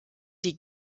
die